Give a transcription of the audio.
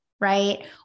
right